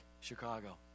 Chicago